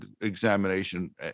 examination